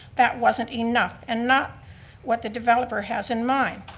that wasn't enough and not what the developer has in mind.